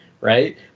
right